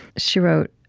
she wrote,